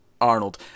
Arnold